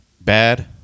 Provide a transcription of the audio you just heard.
Bad